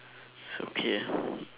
it's okay ah